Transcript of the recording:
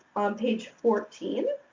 on page fourteen,